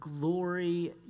glory